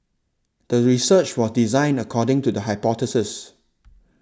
the research was designed according to the hypothesis